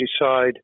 decide